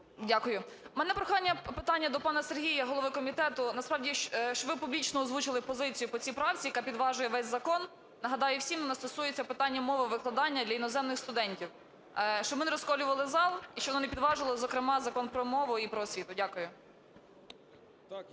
Дякую. В мене питання до пана Сергія голови комітету. Насправді щоб ви публічно озвучили позицію по цій правці, яка підважує весь закон. Нагадаю всім, вона стосується мови викладання для іноземних студентів. Щоб ми не розколювали зал і щоб вона не підважила зокрема Закон про мову і про освіту. Дякую.